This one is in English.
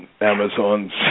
Amazons